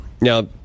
now